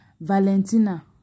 valentina